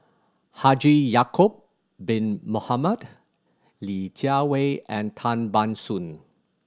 Haji Ya'acob Bin Mohamed Li Jiawei and Tan Ban Soon